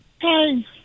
Hey